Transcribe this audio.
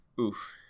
oof